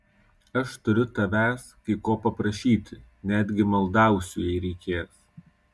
aš turiu tavęs kai ko paprašyti netgi maldausiu jei reikės